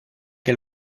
que